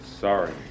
Sorry